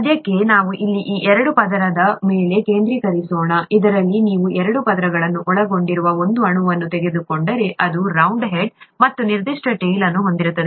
ಸದ್ಯಕ್ಕೆ ನಾವು ಇಲ್ಲಿ ಈ ಎರಡು ಪದರದ ಮೇಲೆ ಕೇಂದ್ರೀಕರಿಸೋಣ ಇದರಲ್ಲಿ ನೀವು ಎರಡು ಪದರವನ್ನು ಒಳಗೊಂಡಿರುವ ಒಂದು ಅಣುವನ್ನು ತೆಗೆದುಕೊಂಡರೆ ಅದು ಈ ರೌಂಡ್ ಹೆಡ್ ಮತ್ತು ನಿರ್ದಿಷ್ಟ ಟೈಲ್ ಅನ್ನು ಹೊಂದಿರುತ್ತದೆ